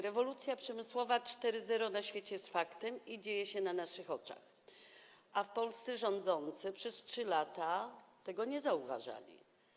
Rewolucja przemysłowa 4.0 na świecie jest faktem i odbywa się na naszych oczach, a w Polsce rządzący przez 3 lata tego nie zauważali.